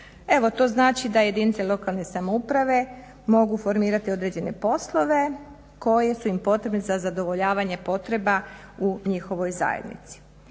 Evo, to znači da jedinice lokalne samouprave mogu formirati određene poslove koji su im potrebni za zadovoljavanje potreba u njihovoj zajednici.